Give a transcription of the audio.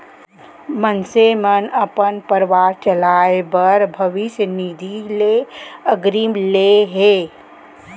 मनसे मन अपन परवार चलाए बर भविस्य निधि ले अगरिम ले हे